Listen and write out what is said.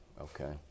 okay